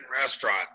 Restaurant